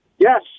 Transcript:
Yes